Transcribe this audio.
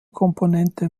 komponente